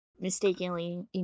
mistakenly